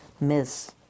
miss